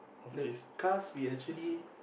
the cast we actually